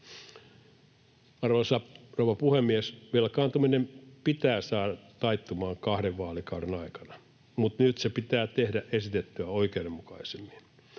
rouva puhemies! Velkaantuminen pitää saada taittumaan kahden vaalikauden aikana, mutta se pitää tehdä nyt esitettyä oikeudenmukaisemmin.